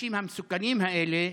האנשים המסוכנים האלה,